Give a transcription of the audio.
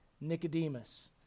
Nicodemus